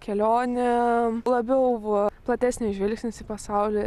kelionėm labiau platesnis žvilgsnis į pasaulį